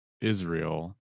Israel